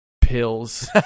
pills